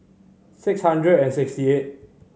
six hundred and sixty eight